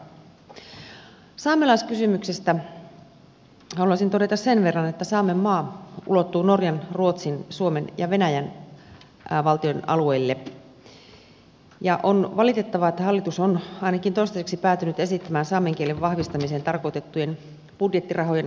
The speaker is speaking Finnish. saamelaiskysymyksestä haluaisin todeta sen verran että saamenmaa ulottuu norjan ruotsin suomen ja venäjän valtioiden alueille ja on valitettavaa että hallitus on ainakin toistaiseksi päätynyt esittämään saamen kielen vahvistamiseen tarkoitettujen budjettirahojen leikkausta